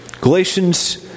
Galatians